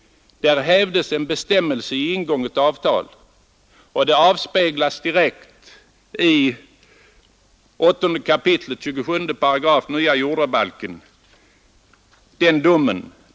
Där hävdes en bestämmelse i ingånget avtal. Den domen avspeglas direkt i 8 kap. 278 nya jordabalken.